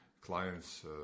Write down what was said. clients